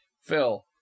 phil